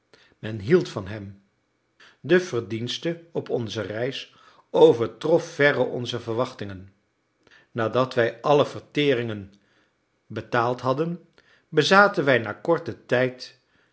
men hield van hem de verdienste op onze reis overtrof verre onze verwachtigen nadat wij alle verteringen betaald hadden bezaten wij na korten tijd